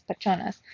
pachonas